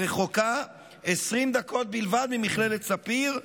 הרחוקה 20 דקות בלבד ממכללת ספיר,